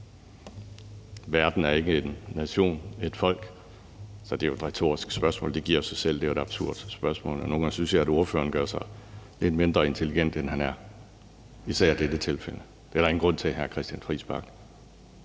Verden er ikke en nation, et folk. Så det er et retorisk spørgsmål. Det giver jo sig selv. Det er et absurd spørgsmål. Og nogle gange synes jeg, at ordføreren gør sig lidt mindre intelligent, end han er, især i dette tilfælde. Det er der ingen grund til, hr. Christian Friis Bach.